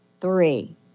three